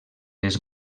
les